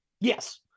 Yes